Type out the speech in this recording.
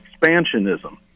expansionism